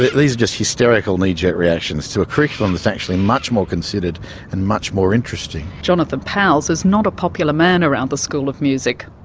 these are just hysterical knee-jerk reactions to a curriculum that's actually much more considered and much more interesting. jonathan powles is not a popular man around the school of music.